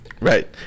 right